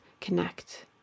connect